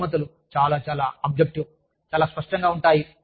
బహుమతులు చాలా చాలా ఆబ్జెక్టివ్ చాలా స్పష్టంగా ఉంటాయి